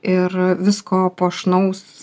ir visko puošnaus